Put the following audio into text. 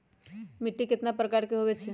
मिट्टी कतना प्रकार के होवैछे?